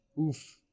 Oof